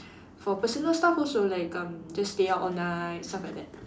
for personal stuff also like um just stay out all night stuff like that